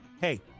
hey